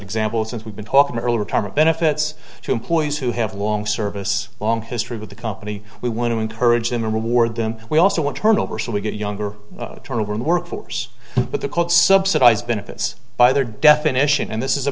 example since we've been talking early retirement benefits to employees who have long service long history with the company we want to encourage him and reward them we also want turnover so we get younger turnover in the workforce but the cold subsidized benefits by their definition and this is a